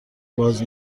باز